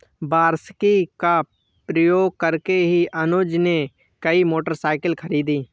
वार्षिकी का प्रयोग करके ही अनुज ने नई मोटरसाइकिल खरीदी